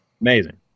Amazing